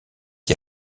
qui